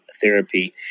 therapy